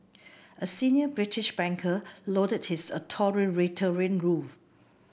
a senior British banker lauded his authoritarian rule